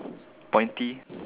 pointy